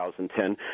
2010